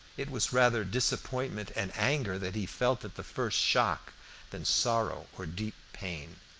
it was rather disappointment and anger that he felt at the first shock than sorrow or deep pain.